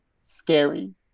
Scary